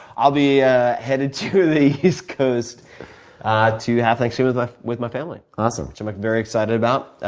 i'll be ah headed to the east coast to have thanksgiving like with my family. awesome. which i'm like very excited about.